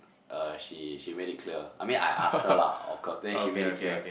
uh she she made it clear I mean I asked her lah of cause then she made it clear